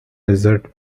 desert